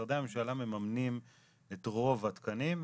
משרדי הממשלה מממנים את רוב התקנים.